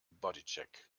bodycheck